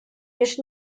лишь